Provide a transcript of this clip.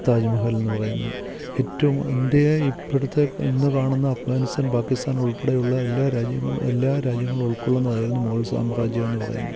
താജ് മഹൽ എന്നു പറയുന്നത് ഏറ്റവും ഇന്ത്യയെ ഇപ്പോഴത്തെ ഇന്ന് കാണുന്ന അഫ്ഗാനിസ്താൻ പാക്കിസ്താനുൾപ്പെടെയുള്ള എല്ലാ രാജ്യങ്ങളും എല്ലാ രാജ്യങ്ങളും ഉൾക്കൊള്ളുന്നതായിരുന്നു മുഗൾ സാമ്രാജ്യമെന്നു പറയുന്നത്